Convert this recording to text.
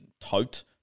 tote